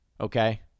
okay